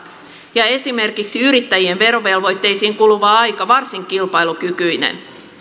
ja esimerkiksi yrittäjien verovelvoitteisiin kuluva aika varsin kilpailukykyinen